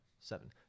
Seven